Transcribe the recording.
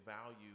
value